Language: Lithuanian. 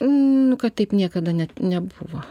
nu kad taip niekada net nebuvo